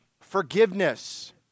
forgiveness